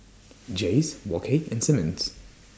Jays Wok Hey and Simmons